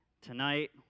Tonight